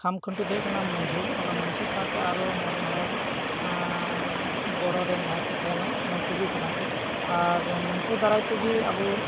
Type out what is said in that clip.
ᱠᱷᱟᱢ ᱠᱷᱩᱱᱴᱤ ᱫᱚ ᱦᱩᱭᱩᱜ ᱠᱟᱱᱟ ᱢᱟᱹᱡᱷᱤ ᱚᱱᱟ ᱢᱟᱹᱡᱷᱤ ᱥᱟᱶᱛᱮ ᱟᱨᱚ ᱢᱚᱬᱮ ᱦᱚᱲ ᱜᱚᱲᱚ ᱨᱮᱱ ᱡᱟᱦᱟᱸᱭ ᱠᱚ ᱛᱟᱦᱮᱸᱱᱟ ᱱᱩᱠᱩ ᱜᱮ ᱠᱟᱱᱟ ᱠᱚ ᱟᱨ ᱱᱩᱠᱩ ᱫᱟᱨᱟᱭ ᱛᱮᱜᱮ ᱟᱵᱚ